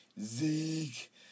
Zeke